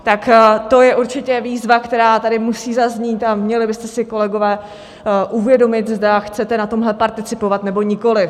Tak to je určitě výzva, která tady musí zaznít, a měli byste si, kolegové, uvědomit, zda chcete na tomhle participovat, nebo nikoli.